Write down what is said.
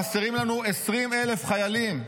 חסרים לנו 20,000 חיילים.